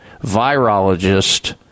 virologist